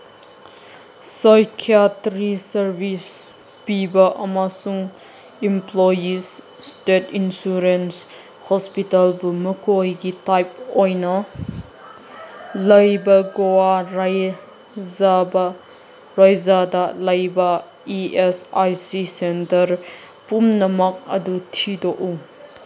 psychiatry service ꯄꯤꯕ ꯑꯃꯁꯨꯡ employees state insurance ꯍꯣꯁꯄꯤꯇꯥꯜꯕꯨ ꯃꯈꯣꯏꯒꯤ ꯇꯥꯏꯞ ꯑꯣꯏꯅ ꯂꯩꯕ ꯒꯣꯋꯥ ꯔꯥꯌꯦꯖꯕ ꯔꯥꯏꯖ꯭ꯌꯥꯗ ꯂꯩꯕ E S I C centre ꯄꯨꯝꯅꯃꯛ ꯑꯗꯨ ꯊꯤꯗꯣꯛꯎ